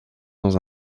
dans